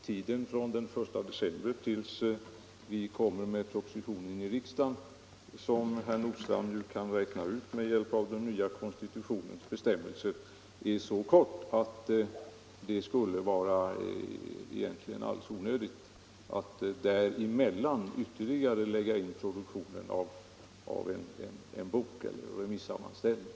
Tiden från den 1 december till dess att vi framlägger propositionen i riksdagen är, som herr Nordstrandh ju kan räkna ut med sin kännedom om den nya konstitutionens bestämmelser, så kort att det skulle vara inget värde att däremellan lägga in produktionen av en remissammanställning.